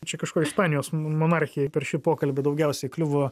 čia kažko ispanijos monarchijai per šį pokalbį daugiausiai kliuvo